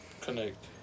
Connect